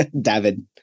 David